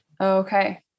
okay